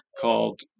called